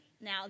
Now